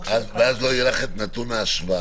של סוף 2019. אז לא יהיה את נתון ההשוואה.